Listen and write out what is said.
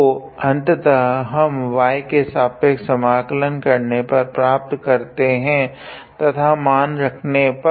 तो अंततः हम y के सापेक्ष समाकलन करने पर प्राप्त करते है तथा मान रखने पर